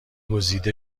گزیده